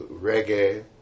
reggae